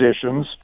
positions